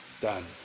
done